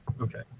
okay